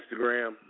Instagram